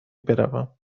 بروم